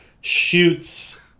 shoots